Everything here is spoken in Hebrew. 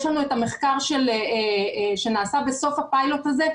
יש לנו את המחקר שנעשה בסוף הפיילוט הזה,